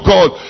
God